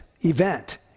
event